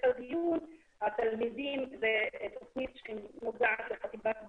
הדיון התלמידים בתוכנית שנוגעת לחטיבת ביניים,